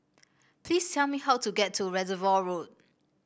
please tell me how to get to Reservoir Road